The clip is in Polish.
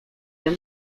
wiem